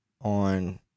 on